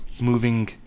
moving